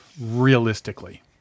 realistically